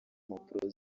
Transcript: mpapuro